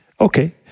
Okay